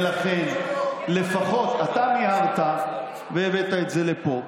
אתה מיהרת והבאת את זה לפה.